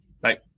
Bye